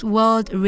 World